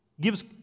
gives